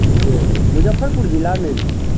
जे मुजफ्फरपुर जिलामे भी